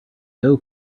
doe